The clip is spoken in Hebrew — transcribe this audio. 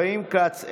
חיים כץ,